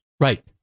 Right